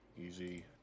Easy